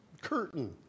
curtain